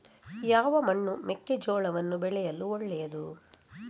ಯಾವ ಮಣ್ಣು ಮೆಕ್ಕೆಜೋಳವನ್ನು ಬೆಳೆಯಲು ಒಳ್ಳೆಯದು?